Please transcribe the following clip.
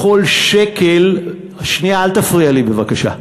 לכל שקל, האם, שנייה, אל תפריע לי, בבקשה.